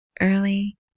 early